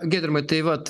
tą gedrimai tai vat